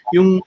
Yung